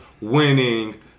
winning